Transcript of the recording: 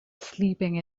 sleeping